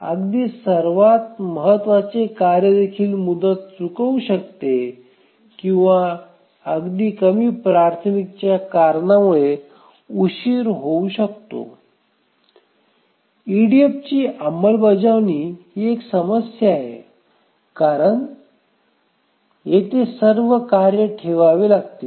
अगदी सर्वात महत्वाचे कार्यदेखील मुदत चुकवू शकते किंवा अगदी कमी प्राथमिकतेच्या कारणामुळे उशीर होऊ शकतो ईडीएफची अंमलबजावणी ही एक समस्या आहे कारण येथे सर्व कार्ये ठेवावे लागतील